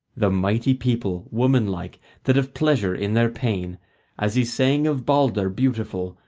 the mighty people, womanlike, that have pleasure in their pain as he sang of balder beautiful,